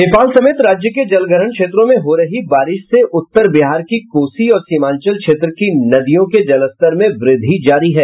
नेपाल समेत राज्य के जलग्रहण क्षेत्रों में हो रही बारिश से उत्तर बिहार की कोसी और सीमांचल क्षेत्र के नदियों के जलस्तर में वृद्धि जारी है